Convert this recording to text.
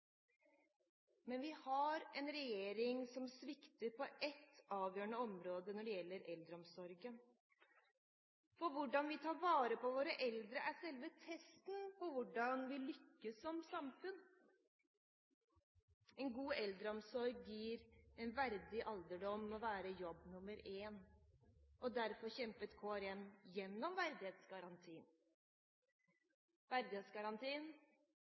Men vi har en regjering som svikter på ett avgjørende område når det gjelder eldreomsorgen. Hvordan vi tar vare på våre eldre, er selve testen på hvordan vi lykkes som samfunn. En god eldreomsorg som gir en verdig alderdom, må være jobb nr. 1. Derfor kjempet